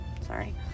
sorry